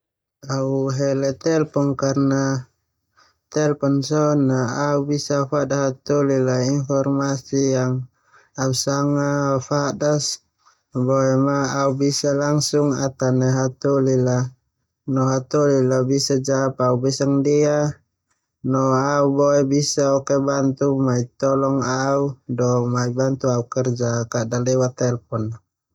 Au hele telpon karna telpon sona au bisa afada hataholi a informasi yang au sanga afadas boema au bisa langsung atane hataholi la no hataholi a bisa jawab au besak ndia no au boe bisa oke bantu mai tolong au do mai bantu au kerja kada lewat telpon